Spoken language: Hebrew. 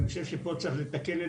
אני חושב שפה צריך לתקן.